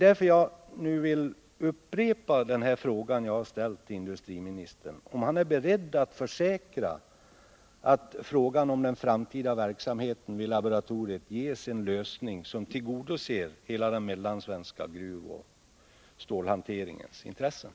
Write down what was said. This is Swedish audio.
Därför vill jag nu upprepa min fråga till industriministern om han är beredd att försäkra att frågan om den framtida verksamheten vid laboratoriet ges en lösning som tillgodoser hela den mellansvenska gruvoch stålhanteringens intressen.